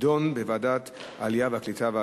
תידון בוועדת העלייה והקליטה והתפוצות.